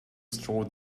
strode